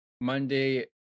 Monday